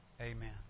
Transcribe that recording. Amen